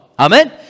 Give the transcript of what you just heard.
Amen